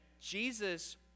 Jesus